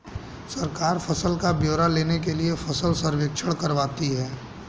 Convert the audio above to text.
सरकार फसल का ब्यौरा लेने के लिए फसल सर्वेक्षण करवाती है